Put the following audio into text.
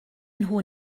nhw